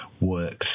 works